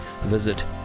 visit